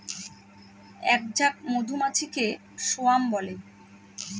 এক ঝাঁক মধুমাছিকে স্বোয়াম বলে